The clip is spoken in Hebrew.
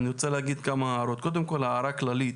אני רוצה להעיר כמה הערות, קודם כל הערה כללית,